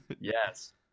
Yes